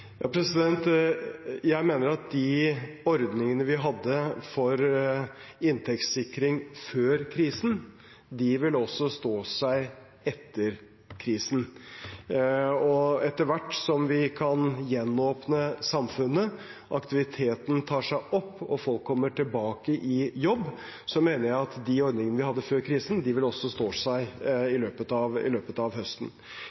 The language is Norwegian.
Jeg mener at de ordningene vi hadde for inntektssikring før krisen, vil stå seg også etter krisen. Etter hvert som vi kan gjenåpne samfunnet, aktiviteten tar seg opp og folk kommer tilbake i jobb, mener jeg at de ordningene vi hadde før krisen, også vil stå seg